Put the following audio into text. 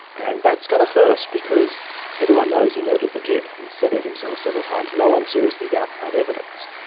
and that's going to hurt, because everyone knows he murdered the kid, he said it himself several times no-one seriously doubts that evidence.